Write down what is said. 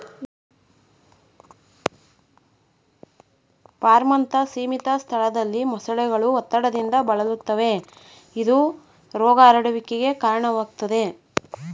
ಫಾರ್ಮ್ನಂತ ಸೀಮಿತ ಸ್ಥಳದಲ್ಲಿ ಮೊಸಳೆಗಳು ಒತ್ತಡದಿಂದ ಬಳಲುತ್ತವೆ ಇದು ರೋಗ ಹರಡುವಿಕೆಗೆ ಕಾರಣವಾಗ್ತದೆ